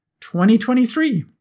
2023